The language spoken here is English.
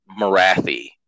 Marathi